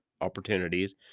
opportunities